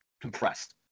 compressed